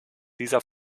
dieser